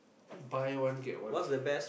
buy one get one free